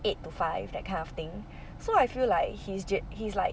eight to five that kind of thing so I feel like he's ja~ he's like